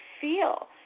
feel